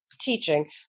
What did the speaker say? teaching